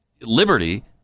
liberty